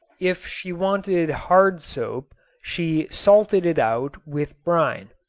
if she wanted hard soap she salted it out with brine.